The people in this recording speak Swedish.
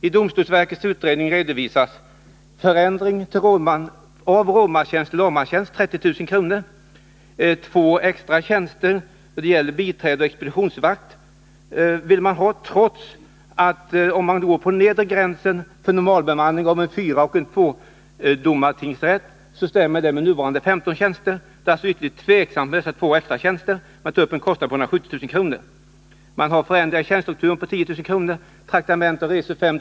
I domstolsverkets utredning redovisas bl.a. följande: En förändring av rådmanstjänst till lagmanstjänst beräknas kosta 30 000 kr. Man hävdar att det behövs två extra tjänster, nämligen en biträdestjänst och en expeditionsvaktstjänst, trots att de lägre talen för normal bemanning av en fyradomarstingsrätt och en tvådomarstingsrätt överensstämmer med det nuvarande antalet tjänster, som är 15. Det är alltså ytterst tveksamt om dessa två extra tjänster är motiverade, men i utredningen tas de upp till en kostnad av 170 000 kr. Förändringar i tjänstestrukturen beräknas kosta 10 000 kr. och traktamenten och resor 5 000 kr.